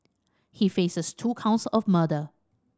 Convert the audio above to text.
he faces two counts of murder